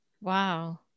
wow